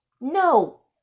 No